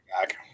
back